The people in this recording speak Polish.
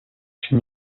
się